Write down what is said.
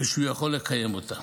כשהוא יכול לקיים אותה,